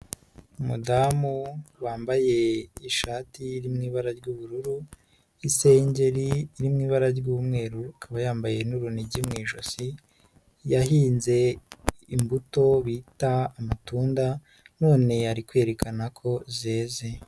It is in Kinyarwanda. Umudamu wambaye ishati iri mu ibara ry'ubururu, isengeri iri mu ibara ry'umweru akaba yambaye n'urunigi mu ijosi yahinze imbuto bita amatunda none ari kwerekana ko zeze.